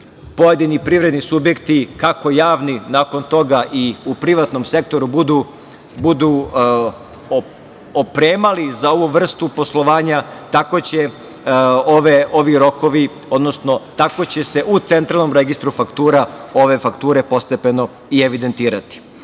pojedini privredni subjekti, kako javni, nakon toga i u privatnom sektoru budu opremali za ovu vrstu poslovanja tako će se u Centralnom registru faktura ove fakture postepeno i evidentirati. Pred